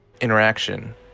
interaction